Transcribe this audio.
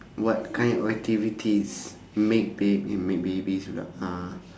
what kind of activities make baby make babies